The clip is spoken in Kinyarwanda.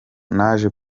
naje